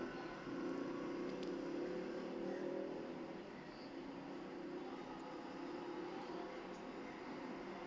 mm